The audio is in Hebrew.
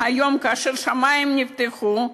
והיום, כאשר השמים נפתחו,